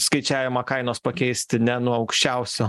skaičiavimą kainos pakeisti ne nuo aukščiausio